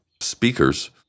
speakers